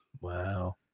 Wow